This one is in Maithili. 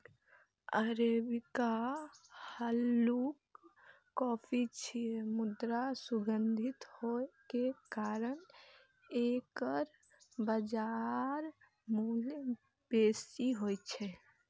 अरेबिका हल्लुक कॉफी छियै, मुदा सुगंधित होइ के कारण एकर बाजार मूल्य बेसी होइ छै